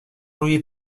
روی